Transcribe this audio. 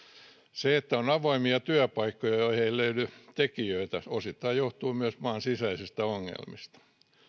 se että on avoimia työpaikkoja joihin ei löydy tekijöitä johtuu osittain myös maan sisäisistä ongelmista